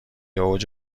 اوج